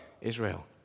Israel